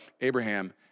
Abraham